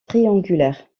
triangulaire